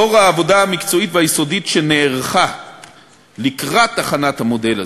לאור העבודה המקצועית והיסודית שנערכה לקראת הכנת המודל הזה,